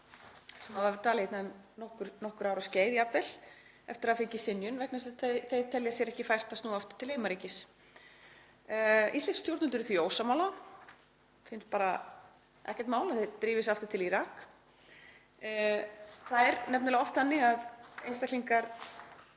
sem hafa dvalið hérna, um nokkurra ára skeið jafnvel, eftir að fengið synjun vegna þess að þeir telja sér ekki fært að snúa aftur til heimaríkis. Íslensk stjórnvöld eru því ósammála, finnst bara ekkert mál að þeir drífi sig aftur til Íraks. Það er nefnilega oft þannig að einstaklingar